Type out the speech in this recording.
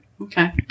Okay